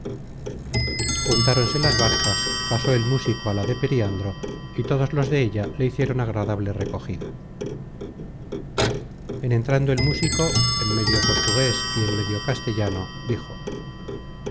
juntáronse las barcas pasó el músico á la de periandro y todos los de ella le hicieron agradable recogida en entrando el músico en medio portugues y en medio castellano dijo